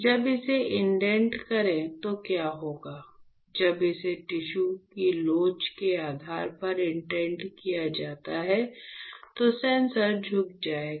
जब इसे इंडेंट करें तो क्या होगा जब इसे टिश्यू की लोच के आधार पर इंडेंट किया जाता है तो सेंसर झुक जाएगा